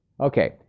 Okay